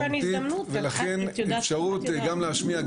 ולכן אפשרות להשמיע,